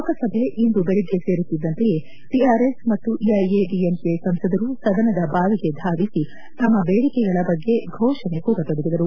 ಲೋಕಸಭೆ ಇಂದು ಬೆಳಗ್ಗೆ ಸೇರುತ್ತಿದ್ದಂತೆಯೇ ಟಿಆರ್ಎಸ್ ಮತ್ತು ಎಐಎಡಿಎಂಕೆ ಸಂಸದರು ಸದನದ ಬಾವಿಗೆ ಧಾವಿಸಿ ತಮ್ಮ ಬೇಡಿಕೆಗಳ ಬಗ್ಗೆ ಫೋಷಣೆ ಕೂಗತೊಡಗಿದರು